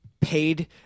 paid